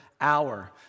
hour